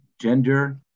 gender